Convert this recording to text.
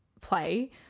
play